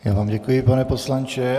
Já vám děkuji, pane poslanče.